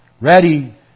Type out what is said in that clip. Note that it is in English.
ready